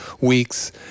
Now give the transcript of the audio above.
weeks